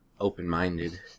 Open-minded